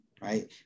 right